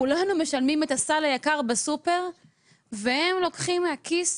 כולנו משלמים היום את הסל היקר בסופר והם לוקחים מהכיס